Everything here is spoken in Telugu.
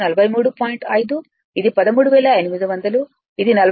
5 ఇది 13800 ఇది 43